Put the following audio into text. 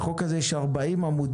לחוק הזה יש 40 עמודים.